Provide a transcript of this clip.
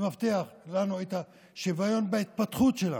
שמבטיח לנו את השוויון בהתפתחות שלנו.